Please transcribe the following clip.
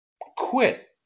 quit